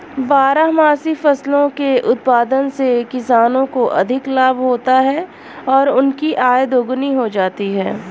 बारहमासी फसलों के उत्पादन से किसानों को अधिक लाभ होता है और उनकी आय दोगुनी हो जाती है